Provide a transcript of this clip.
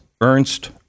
Ernst